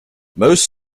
most